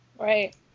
Right